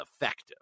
effective